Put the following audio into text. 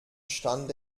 stand